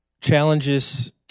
Challenges